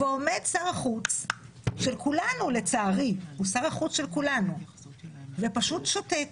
עומד שר החוץ של כולנו, לצערי, ופשוט שותק,